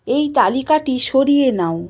এই তালিকাটি সরিয়ে নাও